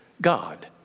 God